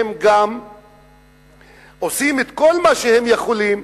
הם גם עושים את כל מה שהם יכולים,